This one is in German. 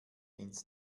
ins